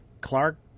Clark